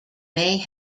may